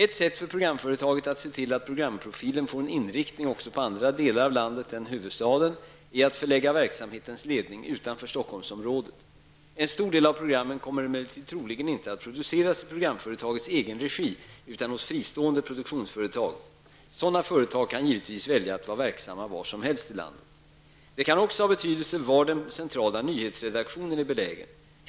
Ett sätt för programföretaget att se till att programprofilen får en inriktning också på andra delar av landet än huvudstaden är att förlägga verksamhetens ledning utanför Stockholmsområdet. En stor del av programmen kommer emellertid troligen inte att produceras i programföretagets egen regi utan hos fristående produktionsföretag. Sådana företag kan givetvis välja att vara verksamma var som helst i landet. Det kan också ha betydelse var den centrala nyhetsredaktionen är belägen.